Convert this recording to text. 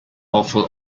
awful